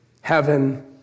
heaven